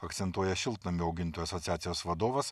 akcentuoja šiltnamių augintojų asociacijos vadovas